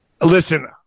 Listen